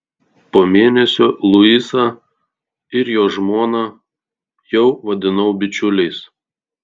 po mėnesio luisą ir jo žmoną jau vadinau bičiuliais